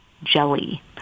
Jelly